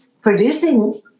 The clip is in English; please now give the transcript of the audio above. producing